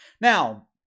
Now